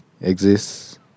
exists